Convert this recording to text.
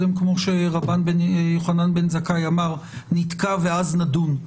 כמו שרבן יוחנן בן זכאי אמר קודם נתקע ואז נדון.